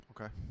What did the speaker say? Okay